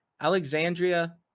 Alexandria